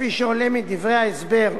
כפי שעולה מדברי ההסבר,